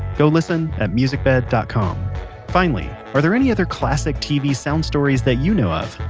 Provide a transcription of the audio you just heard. go listen at musicbed dot com finally, are there any other classic tv sound stories that you know of?